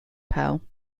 pell